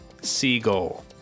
seagull